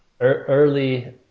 Early